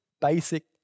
basic